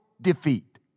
defeat